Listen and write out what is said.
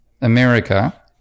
America